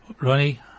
Ronnie